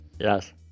Yes